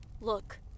look